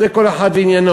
זה כל אחד ועניינו,